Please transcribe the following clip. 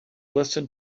listen